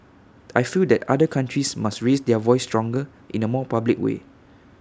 I feel that other countries must raise their voice stronger in A more public way